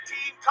Team